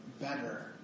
better